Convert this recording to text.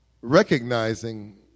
recognizing